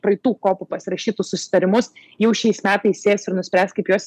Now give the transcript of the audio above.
praeitų kopų pasirašytus susitarimus jau šiais metais sės ir nuspręs kaip juos